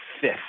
fifth